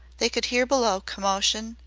they could hear below commotion,